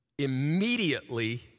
Immediately